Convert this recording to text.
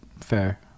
fair